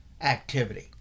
activity